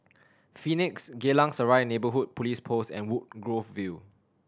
Phoenix Geylang Serai Neighbourhood Police Post and Woodgrove View